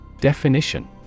Definition